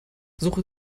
suche